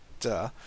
duh